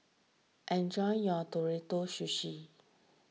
enjoy your Ootoro Sushi